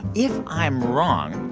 if i'm wrong,